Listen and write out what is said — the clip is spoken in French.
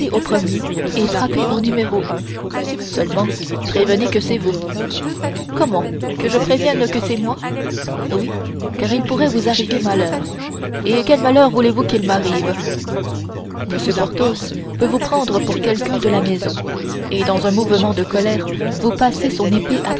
au premier et frappez au numéro seulement prévenez que c'est vous comment que je prévienne que c'est moi oui car il pourrait vous arriver malheur et quel malheur voulez-vous qu'il m'arrive m porthos peut vous prendre pour quelqu'un de la maison et dans un mouvement de colère vous passer son épée